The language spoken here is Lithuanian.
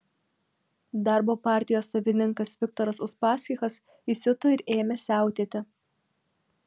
darbo partijos savininkas viktoras uspaskichas įsiuto ir ėmė siautėti